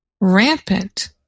rampant